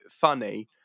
funny